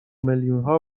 میلیونها